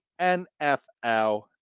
NFL